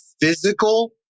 physical